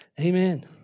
Amen